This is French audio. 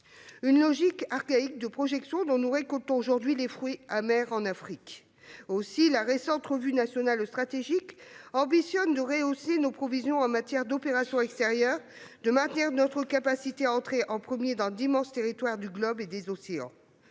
Une logique archaïque de projection dont nous récoltons aujourd'hui les fruits amers en Afrique ... La récente revue nationale stratégique ambitionne de rehausser nos provisions en matière d'opérations extérieures, et de maintenir notre capacité à entrer en premier dans d'immenses territoires du globe et des océans.